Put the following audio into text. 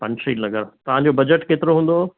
पंचशील नगर तव्हांजो बजट केतिरो हूंदो